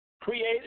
created